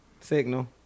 signal